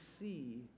see